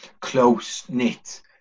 close-knit